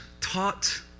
taught